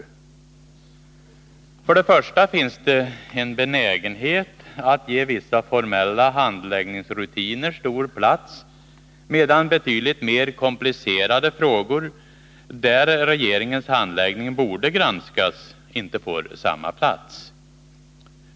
Granskningsarbe För det första finns det en benägenhet att ge vissa formella handläggnings — tets omfattning rutiner stor plats, medan betydligt mer komplicerade frågor, där regeringens = och inriktning, handläggning borde granskas, inte får samma plats.